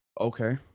okay